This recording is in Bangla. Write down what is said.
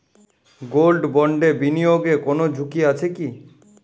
গোল্ড বন্ডে বিনিয়োগে কোন ঝুঁকি আছে কি?